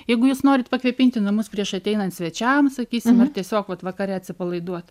jeigu jūs norit pakvepinti namus prieš ateinant svečiam sakysim ar tiesiog vat vakare atsipalaiduot